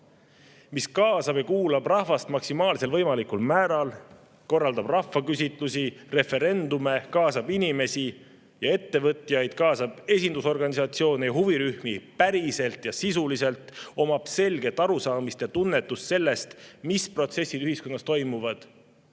mis kaasab ja kuulab rahvast maksimaalsel võimalikul määral, korraldab rahvaküsitlusi, referendumeid, kaasab inimesi ja ettevõtjaid, kaasab esindusorganisatsioone ja huvirühmi päriselt ja sisuliselt, omab selget arusaamist ja tunnetust sellest, mis protsessid ühiskonnas toimuvad,